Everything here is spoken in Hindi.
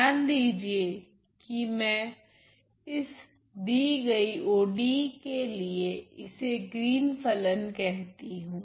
ध्यान दीजिए कि मैं इस दी गई ODE के लिए इसे ग्रीन फलन कहती हूँ